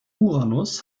uranus